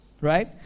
right